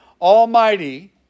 Almighty